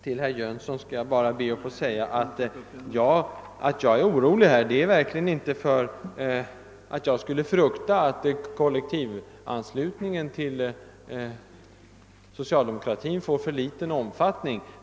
Till herr Jönsson i Arlöv vill jag säga att min oro verkligen inte beror på att jag skulle frukta att kollektivanslutningen till socialdemokratin får för liten omfattning.